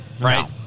right